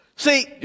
See